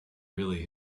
really